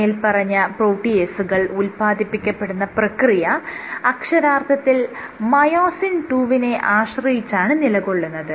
മേല്പറഞ്ഞ പ്രോട്ടിയേസുകൾ ഉല്പാദിപ്പിക്കപ്പെടുന്ന പ്രക്രിയ അക്ഷരാർത്ഥത്തിൽ മയോസിൻ II വിനെ ആശ്രയിച്ചാണ് നിലകൊള്ളുന്നത്